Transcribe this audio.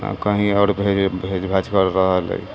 नहि कहीँ आओर भेज भेज भाजकर रहल हइ